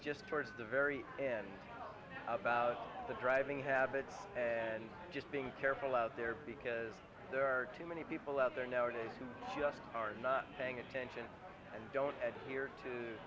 just towards the very about the driving habits and just being careful out there because there are too many people out there nowadays who just are not paying attention and don't adhere to